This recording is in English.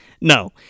No